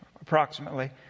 approximately